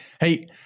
Hey